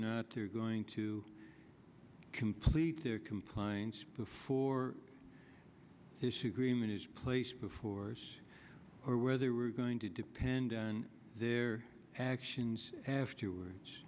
not they're going to complete their compliance before issue green that is placed before us or whether we're going to depend on their actions afterwards